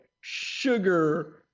sugar